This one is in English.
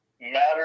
matter